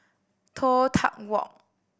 Toh Tuck Walk